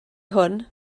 hwn